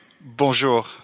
Bonjour